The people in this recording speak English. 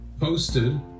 posted